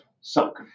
suck